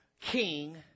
king